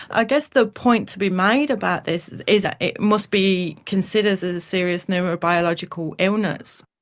i guess the point to be made about this is that it must be considered as a serious neurobiological illness.